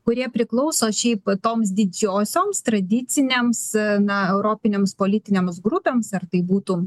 kurie priklauso šiaip toms didžiosioms tradicinėms na europinėms politinėms grupėms ar tai būtų